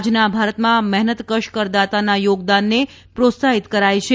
આજના ભારતમાં મહેનતકશ કરદાતાના થોગદાનને પ્રોત્સાહિત કરાય છે